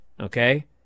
Okay